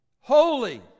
Holy